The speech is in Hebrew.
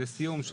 לסיום,